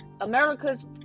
America's